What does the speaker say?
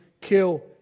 kill